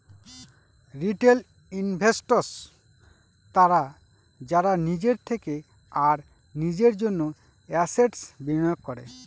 retail investors তারা যারা নিজের থেকে আর নিজের জন্য এসেটস বিনিয়োগ করে